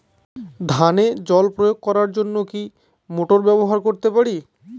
ধানে জল প্রয়োগ করার জন্য কি মোটর ব্যবহার করতে পারি?